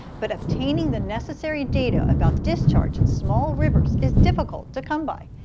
but obtaining the necessary data about discharge in small rivers is difficult to come by.